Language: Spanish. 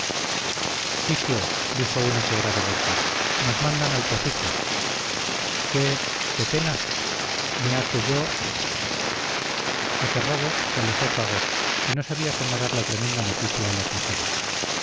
chiquio dijo uno que era de borja nos mandan al pocico qué te pena miá que yo aterrado se alejó fago y no sabía cómo dar la tremenda noticia a las mujeres